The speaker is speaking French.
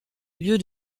lieu